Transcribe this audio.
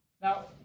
Now